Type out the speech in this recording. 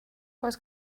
oes